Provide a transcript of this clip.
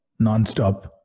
nonstop